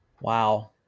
Wow